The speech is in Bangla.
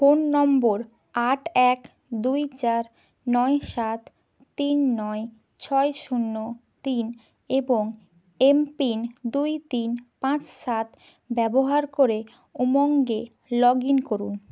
ফোন নম্বর আট এক দুই চার নয় সাত তিন নয় ছয় শূন্য তিন এবং এমপিন দুই তিন পাঁচ সাত ব্যবহার করে উমঙ্গে লগইন করুন